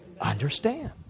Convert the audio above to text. understand